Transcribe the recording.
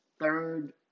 third